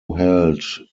held